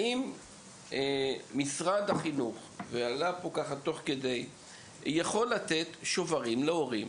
האם משרד החינוך יכול לתת להורים שוברים ללימודי שחייה?